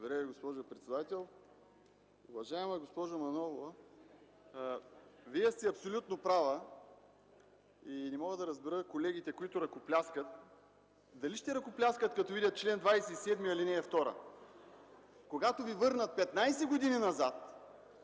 Ви, госпожо председател. Уважаема госпожо Манолова, Вие сте абсолютно права и не мога да разбера колегите, които ръкопляскат, дали ще ръкопляскат, като видят чл. 27, ал. 2! Когато Ви върнат 15 години назад